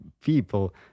people